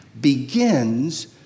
begins